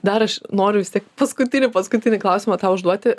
dar aš noriu vis teik paskutinį paskutinį klausimą tau užduoti